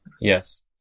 Yes